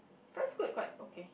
price Scoot quite okay